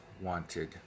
wanted